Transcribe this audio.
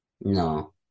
No